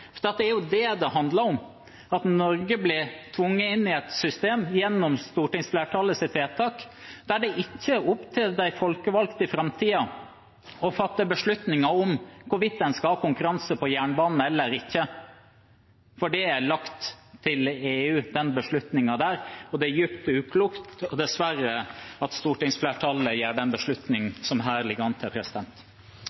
Det er det det handler om, at Norge gjennom stortingsflertallets vedtak blir tvunget inn i et system der det i framtiden ikke er opp til de folkevalgte å fatte beslutninger om hvorvidt man skal ha konkurranse på jernbanen eller ikke, for den beslutningen er lagt til EU. Det er dypt uklokt at stortingsflertallet dessverre tar den